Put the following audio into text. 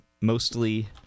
mostly